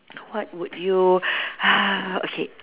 what would you okay